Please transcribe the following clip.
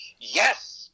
Yes